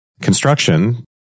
construction